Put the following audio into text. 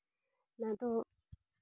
ᱚᱱᱟᱫᱚ